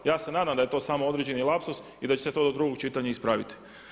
Ja se nadam da je to samo određeni lapsus i da će se to do drugog čitanja ispraviti.